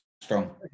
strong